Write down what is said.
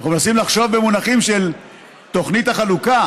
אנחנו מנסים לחשוב במונחים של תוכנית החלוקה: